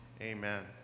amen